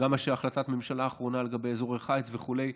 למשל החלטת הממשלה האחרונה לגבי אזורי חיץ וכדומה.